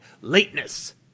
Lateness